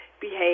behave